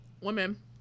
Women